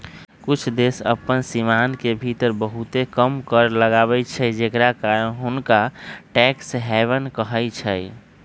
कुछ देश अप्पन सीमान के भीतर बहुते कम कर लगाबै छइ जेकरा कारण हुंनका टैक्स हैवन कहइ छै